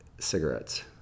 cigarettes